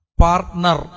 partner